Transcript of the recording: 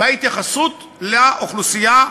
בהתייחסות לאוכלוסייה,